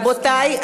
עוד פעם.